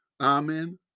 Amen